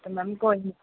ਅਤੇ ਮੈਮ ਕੋਈ ਨਹੀਂ